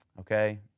Okay